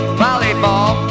volleyball